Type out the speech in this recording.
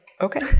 okay